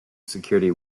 security